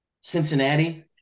Cincinnati